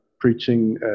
Preaching